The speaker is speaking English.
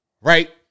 right